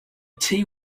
tea